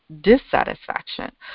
dissatisfaction